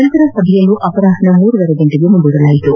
ನಂತರ ಸಭೆಯನ್ನು ಅಪರಾಹ್ನ ಮೂರುವರೆ ಗಂಟೆಗೆ ಮುಂದೂಡಲಾಯಿತು